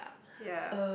ya